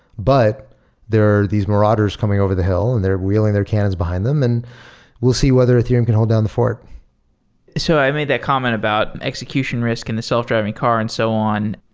but there are these marauders coming over the hill and they're reeling their cans behind them and we'll see whether ethereum can hold down the fork so i made a comment about execution risk in the self-driving car and so on.